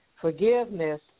forgiveness